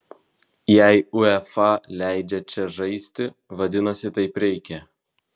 jei uefa leidžia čia žaisti vadinasi taip reikia